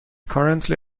currently